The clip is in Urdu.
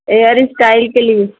ہیئر اسٹائل کے لیے